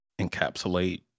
encapsulate